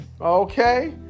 Okay